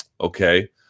Okay